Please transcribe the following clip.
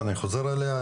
ואני חוזר אליה,